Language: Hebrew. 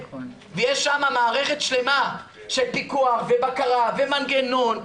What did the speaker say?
ויש שם מערכת שלמה של פיקוח ובקרה ומנגנון,